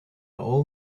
all